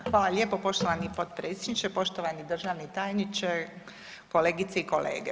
Evo, hvala lijepo poštovani potpredsjedniče, poštovani državni tajniče, kolegice i kolege.